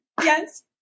yes